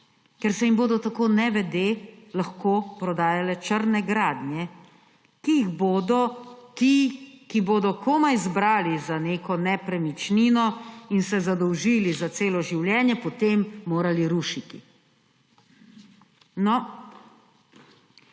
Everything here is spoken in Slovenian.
ker se jim bodo tako nevede lahko prodajale črne gradnje, ki jih bodo ti, ki bodo komaj zbrali za neko nepremičnino in se zadolžili za celo življenje, potem morali rušiti.